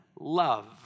love